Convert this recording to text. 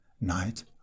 night